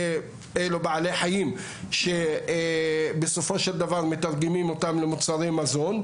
אלה בעלי חיים שבסופו של דבר מתרגמים אותם למוצרי מזון.